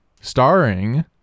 starring